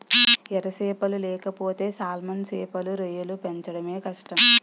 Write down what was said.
ఎర సేపలు లేకపోతే సాల్మన్ సేపలు, రొయ్యలు పెంచడమే కష్టం